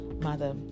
mother